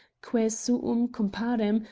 quae suum comparem,